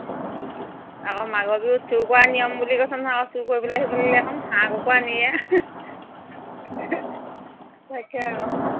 আকৌ মাঘৰ বিহুত চুৰ কৰা নিয়ম বুলি হাঁহ কুকৰা নিয়ে